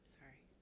sorry